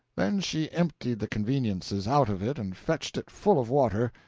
then she emptied the conveniences out of it and fetched it full of water,